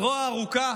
הזרוע הארוכה